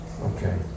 Okay